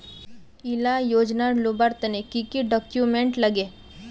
इला योजनार लुबार तने की की डॉक्यूमेंट लगे?